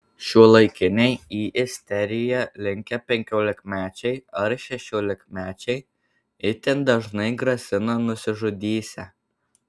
šiuolaikiniai į isteriją linkę penkiolikmečiai ar šešiolikmečiai itin dažnai grasina nusižudysią